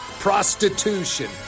prostitution